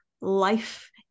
life